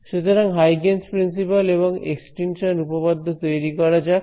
সুতরাং Huygens principle এবং extinction উপপাদ্য তৈরি করা যাক